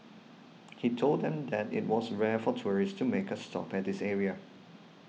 he told them that it was rare for tourists to make a stop at this area